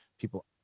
people